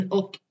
och